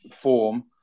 form